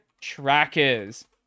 trackers